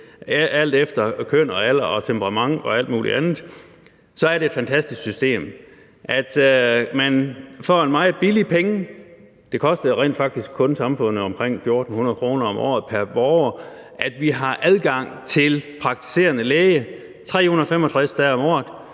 alt efter køn og alder og temperamentet og alt muligt andet – er et fantastisk system. For en meget billig penge – det koster jo rent faktisk kun samfundet omkring 1.400 kr. om året pr. borger – har vi adgang til praktiserende læge 365 dage om året,